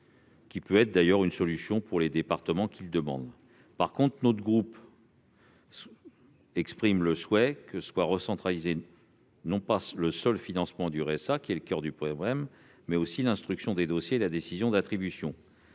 Cela peut constituer une solution pour les départements qui le demandent. En revanche, notre groupe exprime le souhait que soient recentralisés non pas le seul financement du RSA, qui est le coeur du problème, mais aussi l'instruction des dossiers et la décision d'attribution.